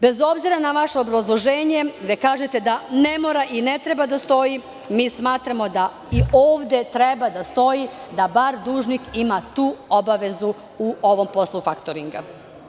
Bez obzira na vaše obrazloženje, gde kažete da ne mora i ne treba da stoji, smatramo da ovde treba da stoji da dužnik ima barem tu obavezu u ovom poslu faktoringa.